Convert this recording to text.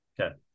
Okay